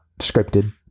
scripted